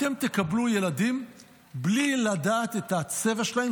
אתם תקבלו ילדים בלי לדעת את הצבע שלהם,